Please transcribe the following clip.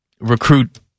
recruit